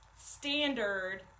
standard